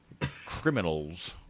criminals